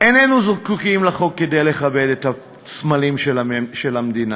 איננו זקוקים לחוק כדי לכבד את הסמלים של המדינה,